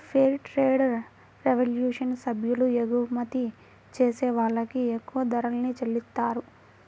fair trade revolution సభ్యులు ఎగుమతి చేసే వాళ్ళకి ఎక్కువ ధరల్ని చెల్లిత్తారు